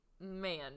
man